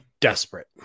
desperate